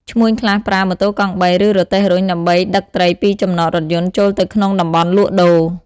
ឈ្មួញខ្លះប្រើ ម៉ូតូកង់បី ឬរទេះរុញដើម្បីដឹកត្រីពីចំណតរថយន្តចូលទៅក្នុងតំបន់លក់ដូរ។